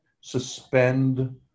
suspend